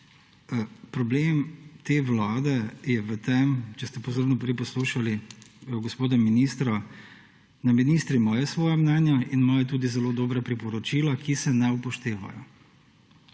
Problem te vlade je v tem, če ste pozorno prej poslušali gospoda ministra, da ministri imajo svoja mnenja in imajo tudi zelo dobra priporočila, ki se ne upoštevajo